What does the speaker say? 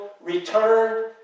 returned